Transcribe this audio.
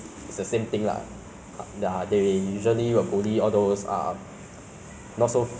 so what how about you will you choose to have a fit body or a good looking